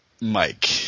Mike